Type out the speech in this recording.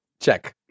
Check